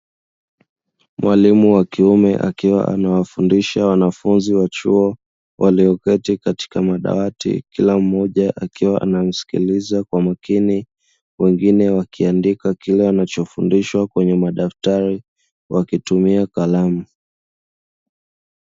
Mwalimu wa kiume akiwa anawafundisha wanafunzi wa chuo walio keti katika madawati, kila mmoja akiwa anamsikiliza kwa makini wengine wakiandika kile wanachofundishwa kwenye madaftari wakitumia kalamu.